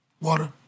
water